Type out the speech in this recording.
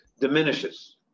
diminishes